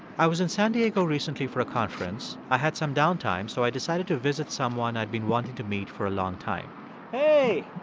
i was in san diego recently for a conference. i had some downtime, so i decided to visit someone i'd been wanting to meet for a long time hey